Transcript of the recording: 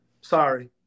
sorry